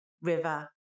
River